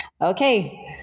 Okay